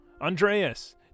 Andreas